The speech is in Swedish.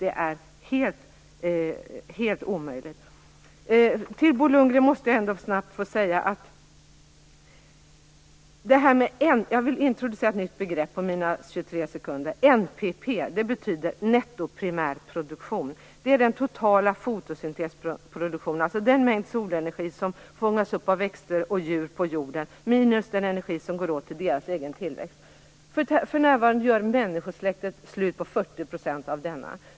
Det är helt omöjligt. Jag måste snabbt få säga en sak till Bo Lundgren. Jag vill introducera ett nytt begrepp på de sekunder jag har kvar. NPP betyder nettoprimärproduktion. Det är den totala fotosyntesproduktionen, dvs. den mängd solenergi som fångas upp av växter och djur på jorden minus den energi som går åt till deras egen tillväxt. För närvarande gör människosläktet slut på 40 % av denna.